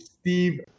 Steve